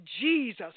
Jesus